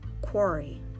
quarry